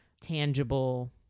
tangible